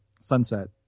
sunset